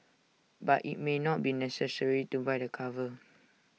but IT may not be necessary to buy the cover